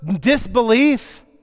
disbelief